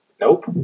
Nope